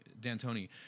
d'antoni